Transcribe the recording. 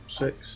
six